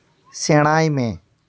ᱥᱮᱬᱟᱭ ᱢᱮ